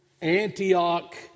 Antioch